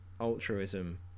altruism